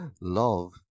love